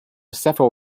several